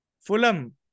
Fulham